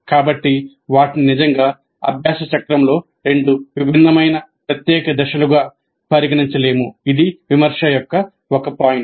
కాబట్టి వాటిని నిజంగా అభ్యాస చక్రంలో రెండు విభిన్నమైన ప్రత్యేక దశలుగా పరిగణించలేము ఇది విమర్శ యొక్క ఒక పాయింట్